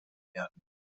werden